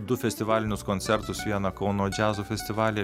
du festivalinius koncertus vieną kauno džiazo festivalį